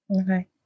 Okay